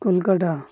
Kolkata